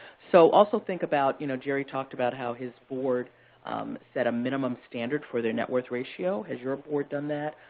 so also think about you know jerry talked about how his board set a minimum standard for their net worth ratio. has your board done that?